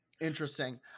Interesting